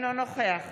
אינו נוכח